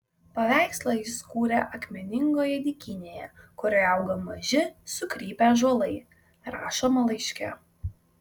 paveikslą jis kūrė akmeningoje dykynėje kurioje auga maži sukrypę ąžuolai rašoma laiške